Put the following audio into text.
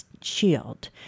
Shield